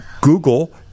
Google